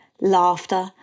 laughter